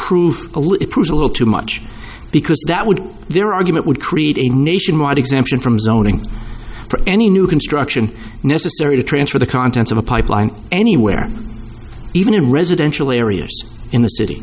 prove a little too much because that would their argument would create a nationwide exemption from zoning for any new construction necessary to transfer the contents of a pipeline anywhere even in residential areas in the city